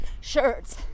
shirts